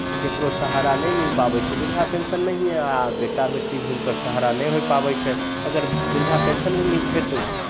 ककरो सहारा नहि मिल पाबै छै वृद्धा पेंशन नहिए आ बेटा बेटी भी हुनकर सहारा नहि होय पाबै छै अगर वृद्धा पेंशन भी मिलतै तऽ